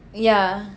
yeah